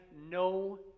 no